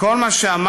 מכל מה שאמרת,